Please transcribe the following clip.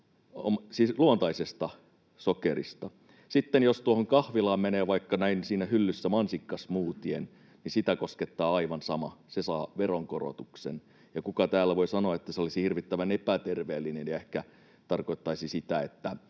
luontaisesta sokerista. Sitten jos tuohon kahvilaan menee ja näen siinä hyllyssä vaikka mansikkasmoothien, niin sitä koskettaa aivan sama: se saa veronkorotuksen. Kuka täällä voi sanoa, että se olisi hirvittävän epäterveellinen — mikä ehkä tarkoittaisi sitä,